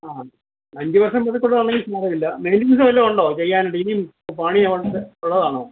ആ അഞ്ച് വർഷം പഴക്കമുള്ളതാണേൽ സാരമില്ല മെയിൻറ്റേൻസ് വല്ലതും ഉണ്ടോ ചെയ്യാനായിട്ട് ഇനി പണി ആവാത്ത ഉള്ളതാണോ